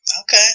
Okay